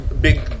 big